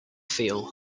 feel